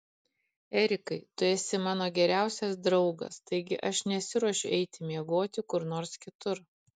erikai tu esi mano geriausias draugas taigi aš nesiruošiu eiti miegoti kur nors kitur